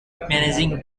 managing